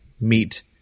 meet